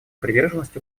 приверженность